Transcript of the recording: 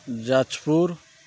Jajpur